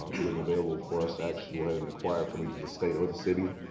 available for us to actually go ahead and acquire for me to the state or the city.